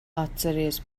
atceries